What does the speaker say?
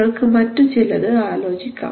നിങ്ങൾക്ക് മറ്റു ചിലത് ആലോചിക്കാം